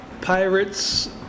Pirates